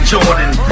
Jordan